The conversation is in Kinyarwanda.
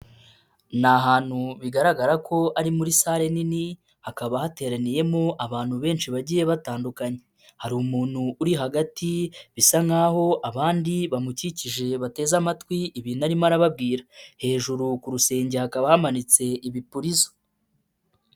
Ni ahantu bigaragara ko ari muri sale nini, hakaba hateraniyemo abantu benshi bagiye batandukanye, hari umuntu uri hagati, bisa nkaho abandi bamukikije bateze amatwi ibintu arimo arababwira, hejuru ku rusenge hakaba hamanitse ibipurizo.